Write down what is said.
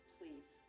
Please